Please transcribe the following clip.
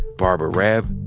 barbara raab,